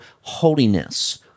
holiness